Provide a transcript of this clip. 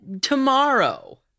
tomorrow